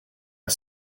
are